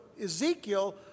Ezekiel